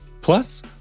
plus